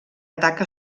ataca